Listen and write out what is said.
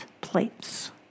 plates